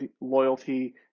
loyalty